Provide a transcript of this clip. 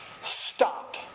stop